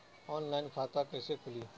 Online खाता कईसे खुलि?